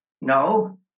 No